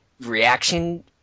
reaction